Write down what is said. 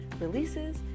releases